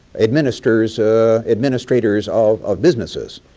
administrators ah administrators of of businesses.